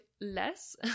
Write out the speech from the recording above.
less